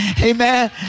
Amen